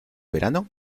verano